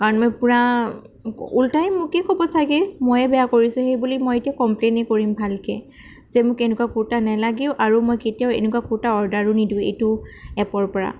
কাৰণ মই পুৰা ওলটাই মোকেই ক'ব চাগে ময়েই বেয়া কৰিছোঁ সেইবুলি মই এতিয়া কমপ্লেইনে কৰিম ভালকৈ যে মোক এনেকুৱা কুৰ্তা নালাগেও আৰু মই কেতিয়াও এনেকুৱা কুৰ্তা অৰ্ডাৰো নিদিওঁ এইটো এপৰ পৰা